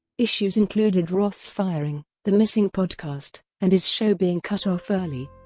issues included roth's firing, the missing podcast, and his show being cut off early.